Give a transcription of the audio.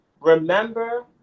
remember